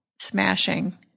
smashing